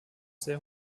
sehr